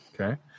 Okay